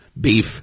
beef